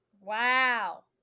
Wow